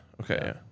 Okay